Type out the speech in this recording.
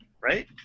right